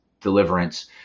deliverance